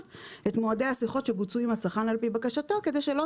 את מועדי השיחות שבוצעו עם הצרכן על פי בקשתו כדי שלא